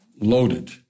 loaded